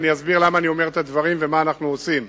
ואסביר למה אני אומר את הדברים ומה אנחנו עושים,